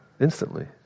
Instantly